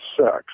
sex